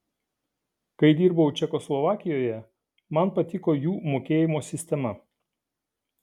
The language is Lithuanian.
kai dirbau čekoslovakijoje man patiko jų mokėjimo sistema